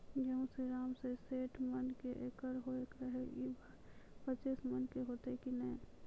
गेहूँ श्रीराम जे सैठ मन के एकरऽ होय रहे ई बार पचीस मन के होते कि नेय?